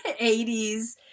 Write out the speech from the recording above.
80s